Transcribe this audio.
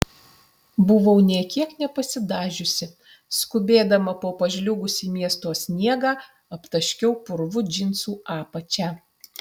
buvau nė kiek nepasidažiusi skubėdama po pažliugusį miesto sniegą aptaškiau purvu džinsų apačią